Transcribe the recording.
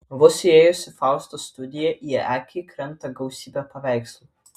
vos įėjus į faustos studiją į akį krenta gausybė paveikslų